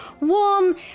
warm